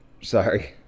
sorry